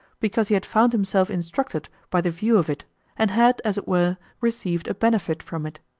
because he had found himself instructed by the view of it and had, as it were, received a benefit from it.